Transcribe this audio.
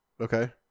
okay